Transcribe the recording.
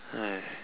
!aiya!